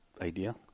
idea